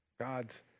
God's